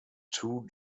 two